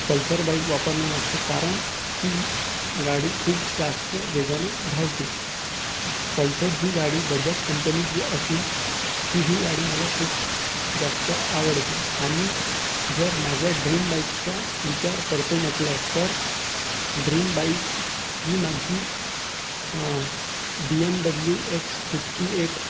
Pulsar bike वापरण्यामागचे कारण ती गाडी खूप जास्त वेगाने धावते पल्सर ही गाडी बजाज कंपनी जी असून ती ही गाडी मला खूप जास्त आवडते आणि जर माझ्या ड्रीम बाईकचा विचार करतो म्हटलं तर ड्रीम बाईक ही माझी B M W X fifty eight